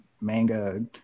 manga